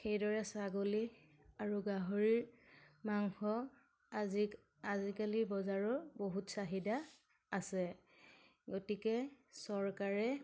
সেইদৰে ছাগলী আৰু গাহৰিৰ মাংসৰ আজি আজিকালি বজাৰৰ বহুত চাহিদা আছে গতিকে চৰকাৰে